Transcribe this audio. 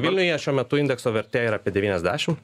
vilniuje šiuo metu indekso vertė yra apie devyniasdešim